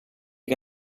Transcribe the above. che